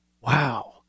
wow